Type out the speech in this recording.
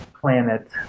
planet